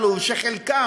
שאת חלקן,